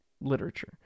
literature